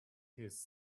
his